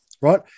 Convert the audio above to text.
right